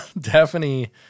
Daphne